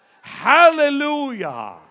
Hallelujah